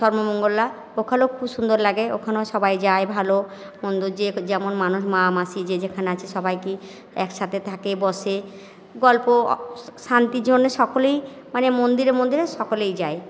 সর্বমঙ্গলা ওখানেও খুব সুন্দর লাগে ওখানেও সবাই যায় ভালো মন্দ যে যেমন মানত মা মাসি যে যেখানে আছে সবাইকেই একসাথে থাকে বসে গল্প শান্তির জন্য সকলেই মানে মন্দিরে মন্দিরে সকলেই যায়